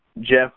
Jeff